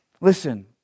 Listen